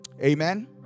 Amen